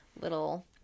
little